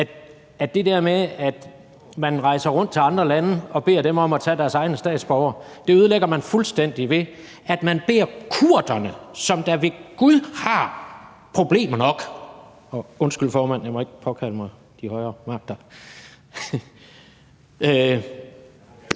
det der med at rejse rundt til andre lande og bede dem om at tage imod deres egne statsborgere, ved at man beder kurderne, som ved gud har problemer nok – undskyld, formand, jeg må ikke påkalde mig de højere magter